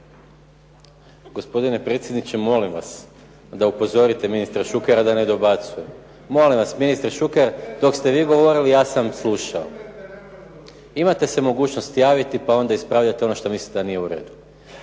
Gospodine predsjedniče, molim vas da upozorite ministra Šukera da ne dobacuje. Molim vas ministre Šuker, dok ste vi govorili ja sam slušao. Imate se mogućnost javiti pa onda ispravljati ono što mislite da nije u redu.